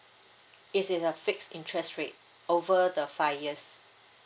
is it a fixed interest rate over the five years